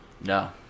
No